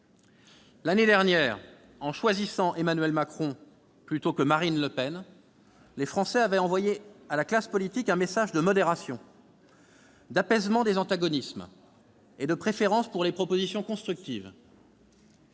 L'année dernière, en choisissant Emmanuel Macron plutôt que Marine Le Pen, les Français avaient envoyé à la classe politique un message de modération, d'apaisement des antagonismes et de préférence pour les propositions constructives.